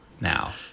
now